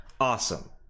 awesome